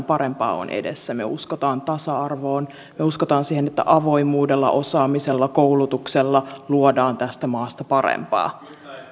parempaa on edessä me uskomme tasa arvoon me uskomme siihen että avoimuudella osaamisella koulutuksella luodaan tästä maasta parempaa